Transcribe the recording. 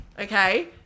Okay